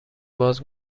باز